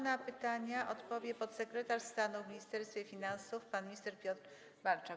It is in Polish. Na pytania odpowie podsekretarz stanu w Ministerstwie Finansów pan minister Piotr Walczak.